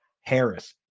Harris